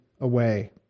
away